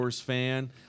fan